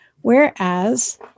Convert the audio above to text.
Whereas